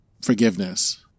forgiveness